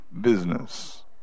business